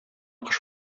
кыш